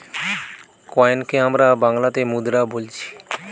কয়েনকে আমরা বাংলাতে মুদ্রা বোলছি